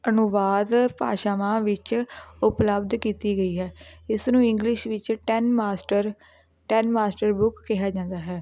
ਅਨੁਵਾਦ ਭਾਸ਼ਾਵਾਂ ਵਿੱਚ ਉਪਲੱਬਧ ਕੀਤੀ ਗਈ ਹੈ ਇਸ ਨੂੰ ਇੰਗਲਿਸ਼ ਵਿੱਚ ten master ten master book ਕਿਹਾ ਜਾਂਦਾ ਹੈ